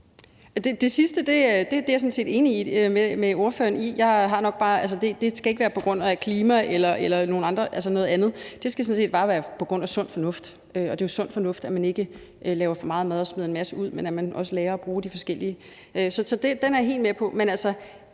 med ordføreren i. Jeg har det nok bare sådan, at det ikke skal være på grund af klima eller noget andet; det skal bare være på grund af sund fornuft. Og det er jo sund fornuft, at man ikke laver for meget mad og smider en masse ud, og at man også lærer at bruge de forskellige ting. Så den er jeg helt med på.